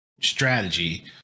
strategy